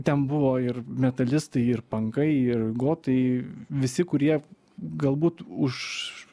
ten buvo ir metalistai ir pankai ir gotai visi kurie galbūt už